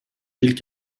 gilles